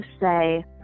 say